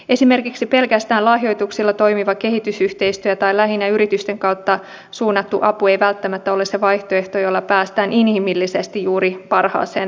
esimerkiksi pelkästään lahjoituksilla toimiva kehitysyhteistyö tai lähinnä yritysten kautta suunnattu apu ei välttämättä ole se vaihtoehto jolla päästään inhimillisesti juuri parhaaseen tulokseen